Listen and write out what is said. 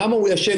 למה הוא ישן?